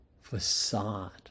facade